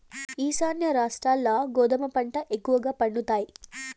ఈశాన్య రాష్ట్రాల్ల గోధుమ పంట ఎక్కువగా పండుతాయి